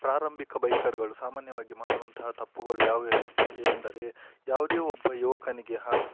ಪ್ರಾರಂಭಿಕ ಬೈಕರ್ಗಳು ಸಾಮಾನ್ಯವಾಗಿ ಮಾಡುವಂತಹ ತಪ್ಪುಗಳು ಯಾವು ಎಂದರೆ ಯಾವುದೇ ಒಬ್ಬ ಯುವಕನಿಗೆ ಹಾಗೂ